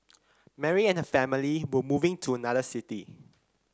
Mary and family were moving to another city